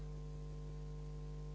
Hvala